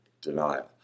denial